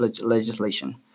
legislation